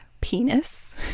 Penis